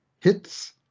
hits